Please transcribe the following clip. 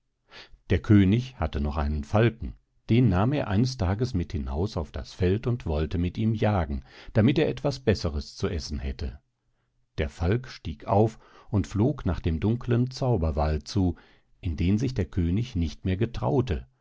der könig hatte noch einen falken den nahm er eines tags mit hinaus auf das feld und wollte mit ihm jagen damit er etwas besseres zu essen hätte der falk stieg auf und flog nach dem dunkeln zauberwald zu in den sich der könig nicht mehr getraute